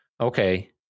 okay